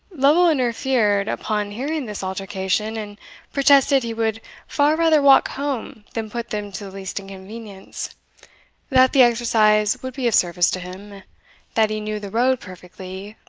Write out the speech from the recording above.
lovel interfered upon hearing this altercation, and protested he would far rather walk home than put them to the least inconvenience that the exercise would be of service to him that he knew the road perfectly,